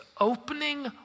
opening